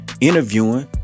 interviewing